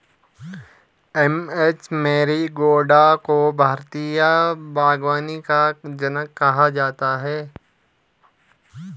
M H Marigowda को भारतीय बागवानी का जनक कहा जाता है